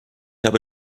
habe